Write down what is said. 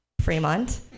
Fremont